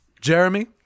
Jeremy